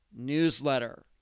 newsletter